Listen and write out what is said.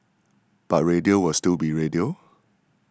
but radio will still be radio